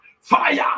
Fire